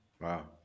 Wow